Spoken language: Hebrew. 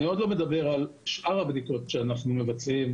אני עוד לא מדבר על שאר הבדיקות שאנחנו מבצעים,